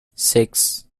six